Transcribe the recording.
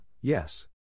yes